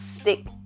stick